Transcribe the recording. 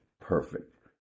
perfect